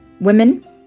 women